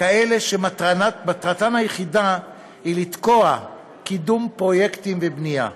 כאלה שמטרתן היחידה היא לתקוע קידום פרויקטים ובנייה.